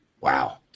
Wow